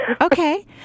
Okay